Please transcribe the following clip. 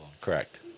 Correct